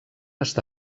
està